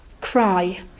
cry